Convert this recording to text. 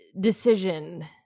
decision